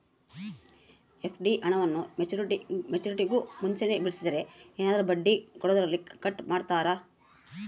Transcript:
FD ಹಣವನ್ನು ಮೆಚ್ಯೂರಿಟಿಗೂ ಮುಂಚೆನೇ ಬಿಡಿಸಿದರೆ ಏನಾದರೂ ಬಡ್ಡಿ ಕೊಡೋದರಲ್ಲಿ ಕಟ್ ಮಾಡ್ತೇರಾ?